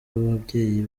ababyeyi